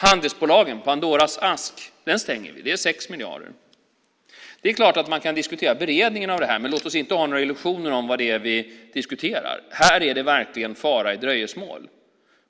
Handelsbolagen och Pandoras ask stänger vi, och det är 6 miljarder. Det är klart att man kan diskutera beredningen av detta, men låt oss inte ha några illusioner om vad det är vi diskuterar. Här är det verkligen fara i dröjsmål.